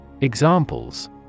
Examples